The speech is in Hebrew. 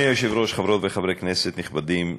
אדוני היושב-ראש, חברות וחברי כנסת נכבדים,